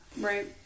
Right